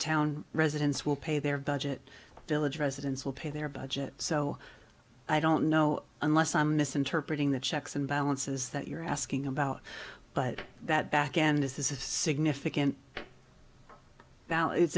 town residents will pay their budget village residents will pay their budget so i don't know unless i'm misinterpreting the checks and balances that you're asking about but that backend this is a significant